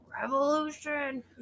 revolution